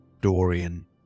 Dorian